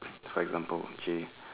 for example J